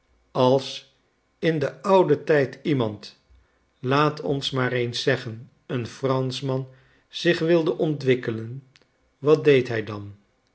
als in den ouden tijd iemand laat ons maar eens zeggen een franschman zich wilde ontwikkelen wat deed hij dan